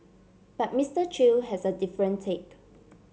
but Mister Chew has a different take